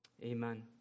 Amen